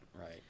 Right